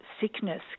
sickness